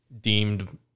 deemed